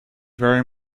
very